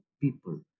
people